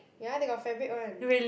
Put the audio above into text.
ya they got fabric one